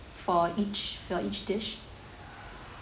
for each for each dish